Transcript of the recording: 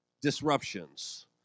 disruptions